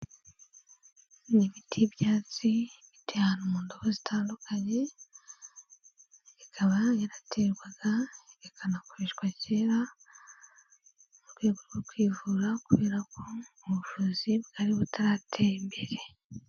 Ni imiti y'ibyatsi iteye ahantu mu ndobo zitandukanye, ikaba yaraterwaga ikanakoreshwa kera mu rwego rwo kwivura kubera ko ubuvuzi bwari butaratera imbere.